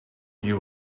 you